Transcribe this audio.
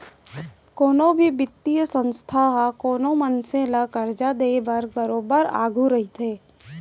कोनो भी बित्तीय संस्था ह कोनो मनसे ल करजा देय बर बरोबर आघू रहिथे